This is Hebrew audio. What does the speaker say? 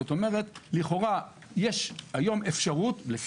זו לא ביקורת, אלו